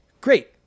great